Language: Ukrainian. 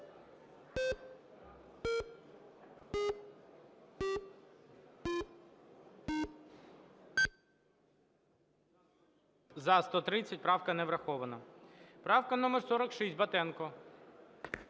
За-130 Правка не врахована. Правка номер 46, Батенка.